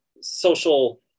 social